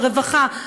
הרווחה,